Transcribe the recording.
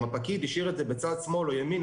אם הפקיד השאיר את זה בצד שמאל או ימין,